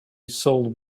sold